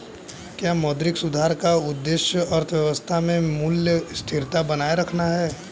क्या मौद्रिक सुधार का उद्देश्य अर्थव्यवस्था में मूल्य स्थिरता बनाए रखना है?